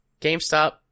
GameStop